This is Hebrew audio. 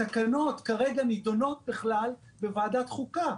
התקנות כרגע נידונות בכלל בוועדת החוקה,